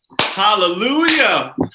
Hallelujah